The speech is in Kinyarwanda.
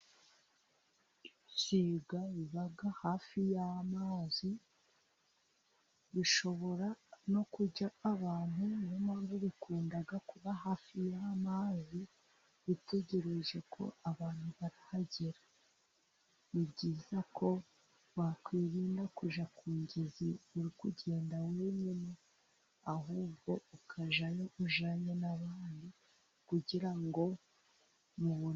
Ibisiga bibaga hafi y'amazi bishobora no kujya abantu, niyo mpamvu bikunda kuba hafi y'amazi bitegereje ko abantu barahagera, ni byiza ko wakwirinda kujya ku ngezi no kugenda wenyine, ahubwo ukajyayo ujyanye n'abandi kugira ngo bitakurya.